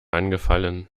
angefallen